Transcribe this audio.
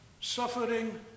suffering